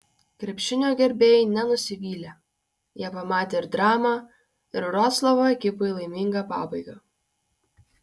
krepšinio gerbėjai nenusivylė jie pamatė ir dramą ir vroclavo ekipai laimingą pabaigą